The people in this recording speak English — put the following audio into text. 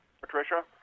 Patricia